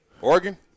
Oregon